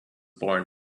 born